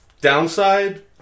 Downside